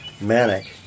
manic